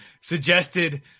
suggested